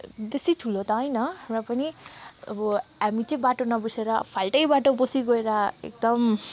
बेसी ठुलो त होइन र पनि अब हामी चाहिँ नबुझेर फाल्टै बाटो पसिगएर एकदम